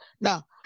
Now